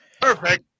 Perfect